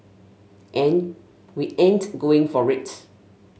and we ain't going for it